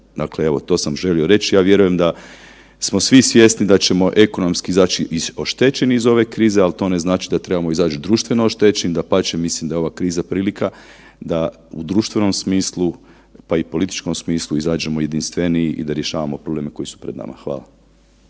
Dakle evo, to sam želio reći, ja vjerujem da smo svi svjesni da ćemo ekonomski izaći oštećeni iz ove krize, ali to ne znači da trebamo izaći društveno oštećeni, dapače mislim da je ova kriza prilika da u društvenom smislu, pa i političkom smislu izađemo jedinstveniji i da rješavamo probleme koji su pred nama. Hvala.